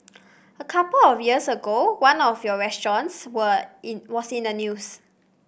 a couple of years ago one of your restaurants were in was in the news